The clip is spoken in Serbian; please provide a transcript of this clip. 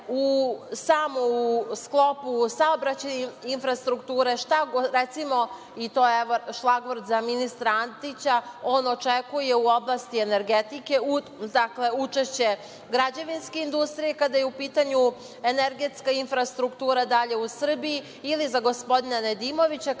u samo u sklopu saobraćajne infrastrukture, recimo, evo, to je šlagvort za ministra Antića, šta on očekuje u oblasti energetike, dakle, učešće građevinske industrije, kada je u pitanju energetska infrastruktura dalja u Srbiji ili za gospodina Nedimovića,